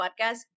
podcast